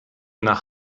nach